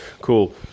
Cool